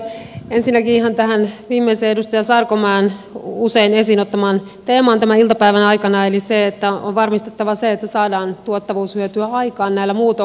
ensinnäkin ihan tähän viimeiseen edustaja sarkomaan tämän iltapäivän aikana usein esiin ottamaan teemaan eli siihen että on varmistettava se että saadaan tuottavuushyötyä aikaan näillä muutoksilla